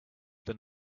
than